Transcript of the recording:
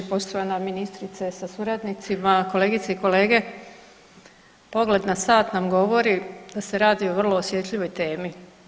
Poštovana ministrice sa suradnicima, kolegice i kolege, pogled na sat nam govori da se radi o vrlo osjetljivoj temi.